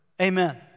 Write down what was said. Amen